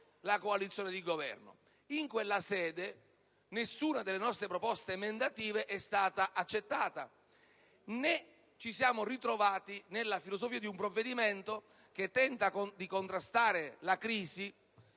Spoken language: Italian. la coalizione di Governo. In quella sede nessuna delle nostre proposte emendative è stata accolta, né ci siamo ritrovati nella filosofia di un provvedimento che tenta di contrastare la crisi